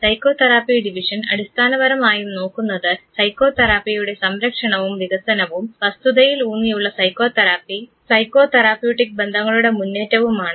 psychotherapy division അടിസ്ഥാനപരമായും നോക്കുന്നത് സൈക്കോതെറാപ്പിയുടെ സംരക്ഷണവും വികസനവും വസ്തുതയിൽ ഊന്നിയുള്ള സൈക്കോതെറാപ്പി സൈക്കോതെറാപ്യൂട്ടിക് ബന്ധങ്ങളുടെ മുന്നേറ്റവുമാണ്